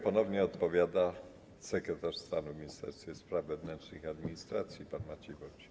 Ponownie odpowiada sekretarz stanu w Ministerstwie Spraw Wewnętrznych i Administracji pan Maciej Wąsik.